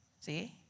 see